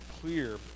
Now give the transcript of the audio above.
clear